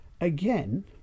again